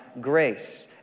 grace